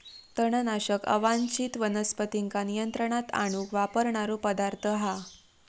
तणनाशक अवांच्छित वनस्पतींका नियंत्रणात आणूक वापरणारो पदार्थ हा